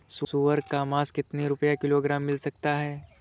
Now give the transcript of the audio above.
सुअर का मांस कितनी रुपय किलोग्राम मिल सकता है?